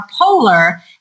polar